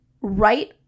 right